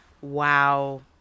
Wow